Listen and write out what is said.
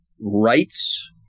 rights